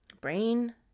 brain